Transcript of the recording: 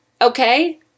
okay